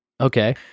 Okay